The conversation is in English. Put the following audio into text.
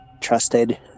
trusted